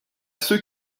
ceux